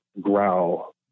growl